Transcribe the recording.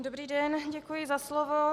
Dobrý den, děkuji za slovo.